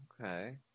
Okay